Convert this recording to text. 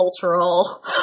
cultural